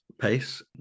pace